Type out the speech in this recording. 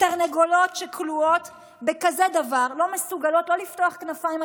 תרנגולות שכלואות בכזה דבר לא מסוגלות לפתוח כנפיים,